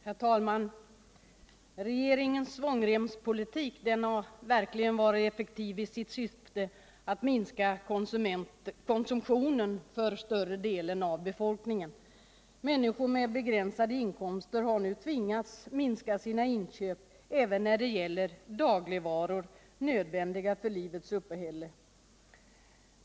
Herr talman! Regeringens svångremspolitik har verkligen varit effektiv i sitt syfte att minska konsumtionen för större delen av befolkningen. Människor med begränsade inkomster har nu tvingats minska sina inköp även av dagligvaror, nödvändiga för vårt uppehälle.